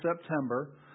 September